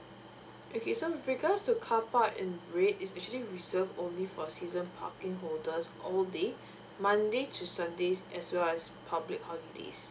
okay so regards to car park in red is actually reserve only for season parking holders all day monday to sunday as well as public holidays